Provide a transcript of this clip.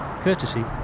courtesy